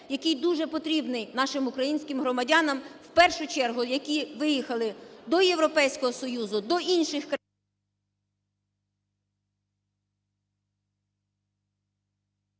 який дуже потрібен нашим українським громадянам, в першу чергу які виїхали до Європейського Союзу, до інших країн…